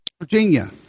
Virginia